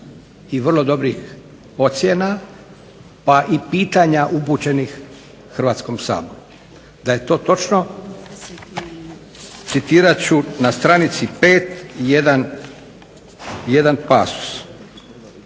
i vrlo dobrih ocjena pa i pitanja upućenih Hrvatskom saboru. Da je to točno citirat ću na str. 5.